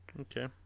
Okay